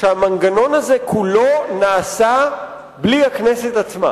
שהמנגנון הזה כולו נעשה בלי הכנסת עצמה.